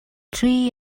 three